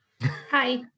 Hi